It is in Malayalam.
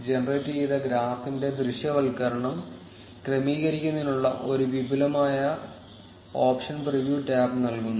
ജനറേറ്റുചെയ്ത ഗ്രാഫിന്റെ ദൃശ്യവൽക്കരണം ക്രമീകരിക്കുന്നതിനുള്ള ഒരു വിപുലമായ ഓപ്ഷൻ പ്രിവ്യൂ ടാബ് നൽകുന്നു